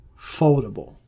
foldable